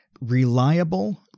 reliable